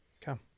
Come